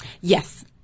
Yes